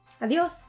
Adiós